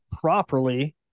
properly